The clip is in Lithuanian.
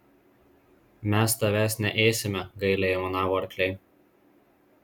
mes tavęs neėsime gailiai aimanavo arkliai